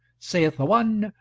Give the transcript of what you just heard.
saith the one,